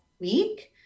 week